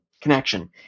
connection